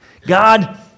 God